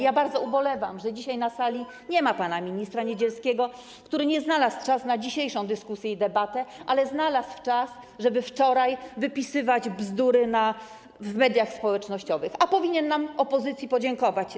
Ja bardzo ubolewam, że dzisiaj na sali nie ma pana ministra Niedzielskiego, który nie znalazł czasu na dzisiejszą dyskusję, debatę, ale znalazł czas wczoraj, żeby wypisywać bzdury w mediach społecznościowych, choć powinien nam, opozycji, podziękować.